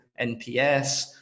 NPS